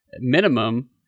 minimum